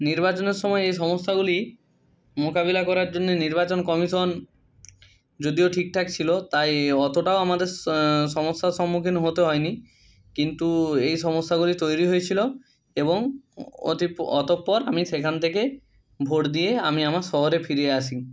নির্বাচনের সময় এই সমস্যাগুলি মোকাবিলা করার জন্যে নির্বাচন কমিশন যদিও ঠিক ঠাক ছিলো তাই অতটাও আমাদের স সমস্যার সম্মুখীন হতে হয় নি কিন্তু এই সমস্যাগুলি তৈরি হয়েছিলো এবং অতপর আমি সেখান থেকে ভোট দিয়ে আমি আমার শহরে ফিরে আসি